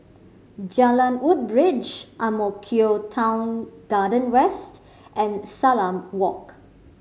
Jalan Woodbridge Ang Mo Kio Town Garden West and Salam Walk